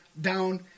down